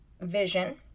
vision